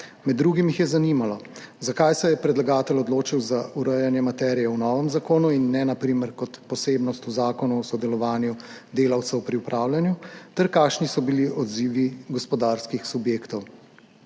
Med drugim jih je zanimalo, zakaj se je predlagatelj odločil za urejanje materije v novem zakonu in ne na primer kot posebnost v Zakonu o sodelovanju delavcev pri upravljanju ter kakšni so bili odzivi gospodarskih subjektov.